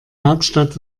hauptstadt